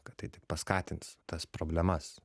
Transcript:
kad tai tik paskatins tas problemas